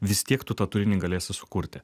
vis tiek tu tą turinį galėsi sukurti